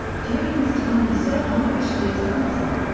during this time he served unofficially as consul.